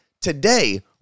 today